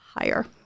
higher